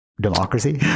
Democracy